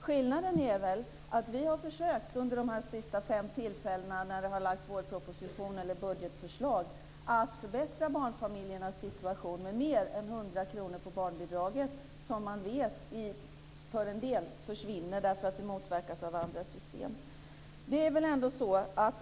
Skillnaden är att vi under de här sista fem tillfällena, när det har lagts fram vårproposition eller budgetförslag, har försökt förbättra barnfamiljernas situation genom att göra mer än att öka barnbidraget med 100 kr som man vet försvinner för en del därför att det motverkas av andra system.